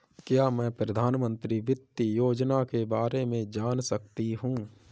क्या मैं प्रधानमंत्री वित्त योजना के बारे में जान सकती हूँ?